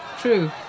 True